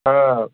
ꯈꯔ